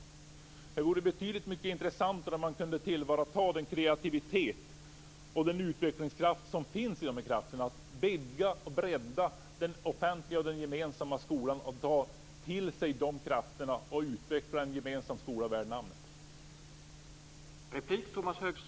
Det vore betydligt intressantare om man kunde tillvarata den kreativitet och den utvecklingskraft som finns till att vidga och bredda den offentliga och gemensamma skolan, ta till sig de krafterna och utveckla en gemensam skola värd namnet.